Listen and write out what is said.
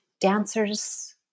dancers